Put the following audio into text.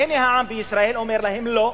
והנה, העם בישראל אומר להם: לא,